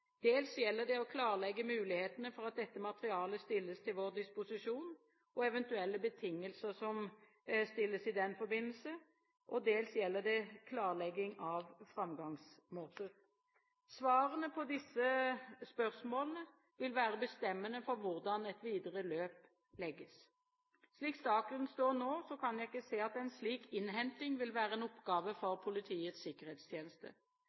Dels gjelder det å klarlegge mulighetene for at dette materialet stilles til vår disposisjon og eventuelle betingelser som stilles i den forbindelse, dels gjelder det klarlegging av framgangsmåter. Svarene på disse spørsmålene vil være bestemmende for hvordan et videre løp legges. Slik saken står nå, kan jeg ikke se at en slik innhenting vil være en oppgave for Politiets sikkerhetstjeneste.